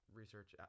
research